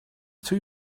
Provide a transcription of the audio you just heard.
too